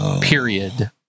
period